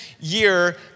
year